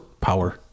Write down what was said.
power